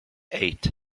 eight